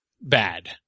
bad